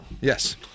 Yes